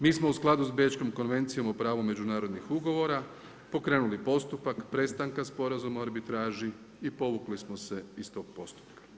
Mi smo u skladu s Bečkom konvencijom o pravu međunarodnih ugovora pokrenuli postupak prestanka sporazuma o arbitraži i povukli smo se iz tog postupka.